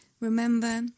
remember